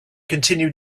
continue